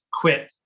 quit